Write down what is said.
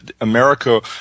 america